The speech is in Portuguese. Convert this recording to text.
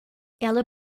ela